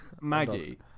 Maggie